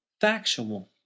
factual